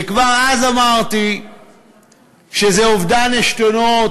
וכבר אז אמרתי שזה אובדן עשתונות,